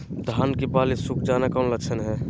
धान की बाली सुख जाना कौन लक्षण हैं?